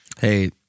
Hey